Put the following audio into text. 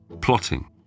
plotting